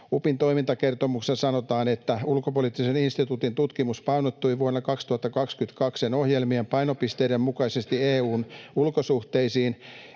UPIn toimintakertomuksessa sanotaan, että Ulkopoliittisen instituutin tutkimus painottui vuonna 2022 sen ohjelmien painopisteiden mukaisesti EU:n ulkosuhteisiin,